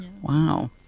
Wow